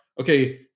okay